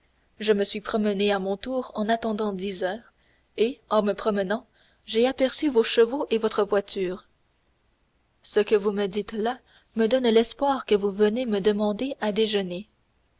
je me suis promené à mon tour en attendant dix heures et en me promenant j'ai aperçu vos chevaux et votre voiture ce que vous me dites là me donne l'espoir que vous venez me demander à déjeuner